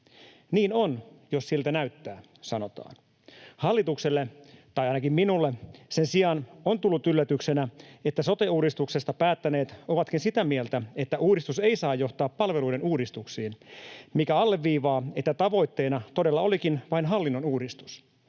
”Niin on, jos siltä näyttää”, sanotaan. Hallitukselle tai ainakin minulle sen sijaan on tullut yllätyksenä, että sote-uudistuksesta päättäneet ovatkin sitä mieltä, että uudistus ei saa johtaa palveluiden uudistuksiin, mikä alleviivaa, että tavoitteena todella olikin vain hallinnonuudistus: